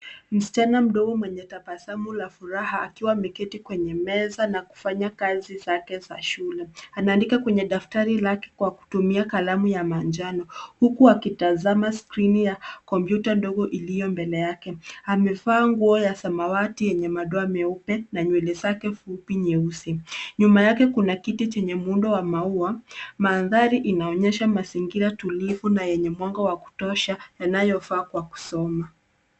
Msichana mdogo mwenye tabasamu la furaha akiwa ameketi kwenye meza na kufanya kazi zake za shule. Anaandika kwenye daftari lake kwa kutumia kalamu ya manjano huku akitazama skrini ya kompyuta ndogo iliyo mbele yake. Amevaa nguo ya samawati yenye madoa meupe na nywele zake fupi nyeusi. Nyuma yake kuna kiti chenye muundo wa maua. Mandhari inaonyesha mazingira tulivu na yenye mwanga wa kutosha yanayofaa kwa kusoma.